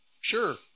Sure